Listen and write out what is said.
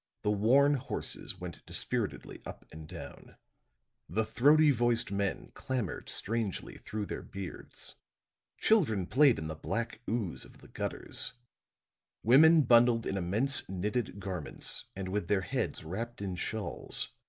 the worn horses went dispiritedly up and down the throaty-voiced men clamored strangely through their beards children played in the black ooze of the gutters women bundled in immense knitted garments and with their heads wrapped in shawls,